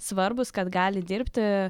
svarbūs kad gali dirbti